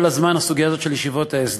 עולה פה כל הזמן הסוגיה הזאת של ישיבות ההסדר.